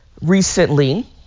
recently